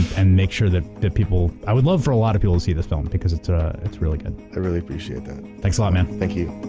and make sure that that people, i would love for a lot of people to see this film. because it's ah it's really good. i really appreciate that. that's a lot man. thank you.